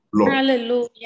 Hallelujah